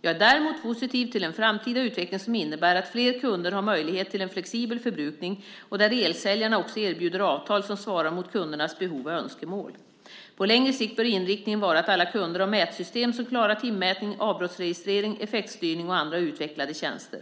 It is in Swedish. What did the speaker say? Jag är däremot positiv till en framtida utveckling som innebär att flera kunder har möjlighet till en flexibel förbrukning och där elsäljarna också erbjuder avtal som svarar mot kundernas behov och önskemål. På längre sikt bör inriktningen vara att alla kunder har mätsystem som klarar timmätning, avbrottsregistrering, effektstyrning och andra utvecklade tjänster.